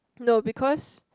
no because